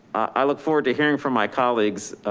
i look forward to hearing from my colleagues,